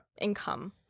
income